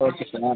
okay sir